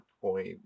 point